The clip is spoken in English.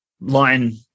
line